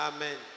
Amen